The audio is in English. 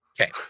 okay